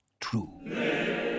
true